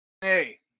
Hey